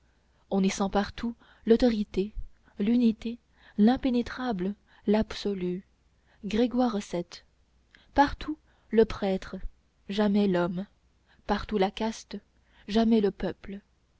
on y sent partout l'autorité l'unité l'impénétrable l'absolu grégoire vii partout le prêtre jamais l'homme partout la caste jamais le peuple